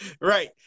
right